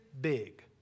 big